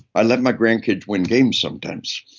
i let my grandkids win games sometimes.